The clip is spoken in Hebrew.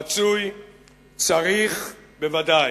רצוי, צריך, בוודאי.